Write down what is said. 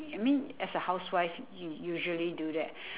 I mean as a housewife y~ you usually do that